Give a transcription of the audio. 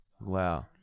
Wow